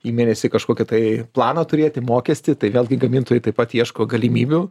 į mėnesį kažkokį tai planą turėti mokestį tai vėlgi gamintojai taip pat ieško galimybių